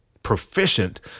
proficient